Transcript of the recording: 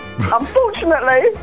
Unfortunately